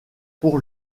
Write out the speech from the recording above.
pour